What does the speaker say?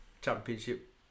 championship